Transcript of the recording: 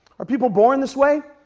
are people born this way?